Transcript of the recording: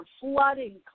flooding